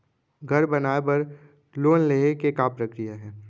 घर बनाये बर लोन लेहे के का प्रक्रिया हे?